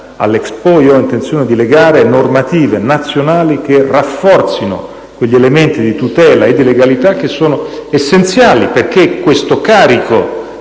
All'Expo ho intenzione di legare normative nazionali che rafforzino quegli elementi di tutela e di legalità che sono essenziali perché questo carico